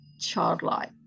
childlike